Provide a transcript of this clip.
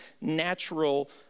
natural